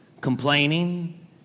complaining